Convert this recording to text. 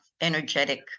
energetic